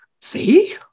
see